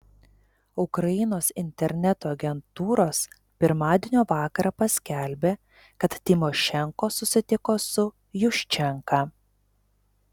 ukrainos interneto agentūros pirmadienio vakarą paskelbė kad tymošenko susitiko su juščenka